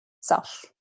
self